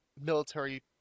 military